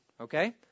okay